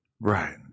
Right